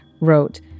wrote